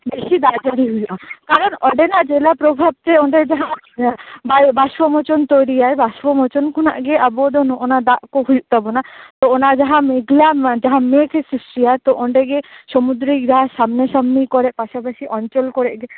ᱵᱮᱥᱤ ᱫᱟᱜ ᱡᱟ ᱲᱤ ᱦᱩᱭᱩᱜᱼᱟ ᱠᱟᱨᱚᱱ ᱚᱸᱰᱮᱱᱟᱜ ᱡᱤᱞᱟ ᱯᱨᱚᱵᱷᱟᱵ ᱛᱮ ᱚᱸᱰᱮᱱᱟᱜ ᱡᱟᱦᱟᱸ ᱵᱟᱝ ᱵᱟᱥᱯᱚ ᱢᱚᱪᱚᱱ ᱛᱚᱭᱲᱤᱭᱟᱭ ᱵᱟᱥᱯᱚ ᱢᱚᱪᱚᱱ ᱠᱷᱚᱱᱟᱜ ᱜᱮ ᱟᱵᱚᱫᱚ ᱱᱚᱜᱼᱚᱭ ᱱᱚᱣᱟ ᱫᱟᱜ ᱠᱚ ᱦᱩᱭᱩᱜ ᱛᱟᱵᱚᱱᱟ ᱛᱚ ᱟᱱᱟ ᱡᱟᱦᱟᱸ ᱢᱮᱜᱽᱞᱟ ᱡᱟᱦᱟᱸ ᱢᱮᱜᱽ ᱥᱨᱤᱥᱴᱤᱭᱟ ᱛᱚ ᱚᱸᱰᱮᱜᱮ ᱥᱚᱢᱩᱫᱽᱫᱨᱤᱠ ᱡᱟᱦᱟᱸ ᱥᱟᱢᱱᱮ ᱥᱟᱢᱱᱤ ᱠᱚᱨᱮ ᱯᱟᱥᱟ ᱯᱟᱹᱥᱤ ᱚᱧᱪᱚᱞ ᱠᱚᱨᱮ ᱜᱮ